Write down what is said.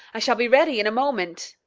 i shall be ready in a moment.